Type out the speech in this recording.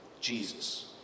Jesus